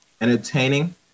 entertaining